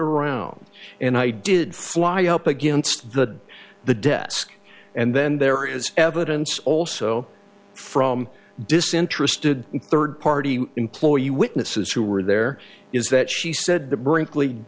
around and i did fly up against the the desk and then there is evidence also from disinterested third party employee witnesses who were there is that she said that brinkley